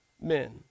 men